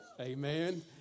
amen